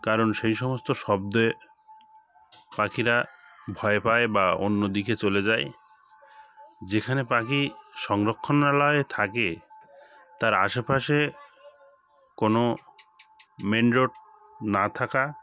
কারণ সেই সমস্ত শব্দে পাখিরা ভয় পায় বা অন্য দিকে চলে যায় যেখানে পাখি সংরক্ষণরালয় থাকে তার আশেপাশে কোনো মেইন রোড না থাকা